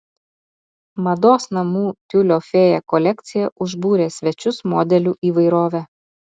mados namų tiulio fėja kolekcija užbūrė svečius modelių įvairove